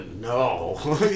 No